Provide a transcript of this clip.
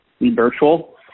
virtual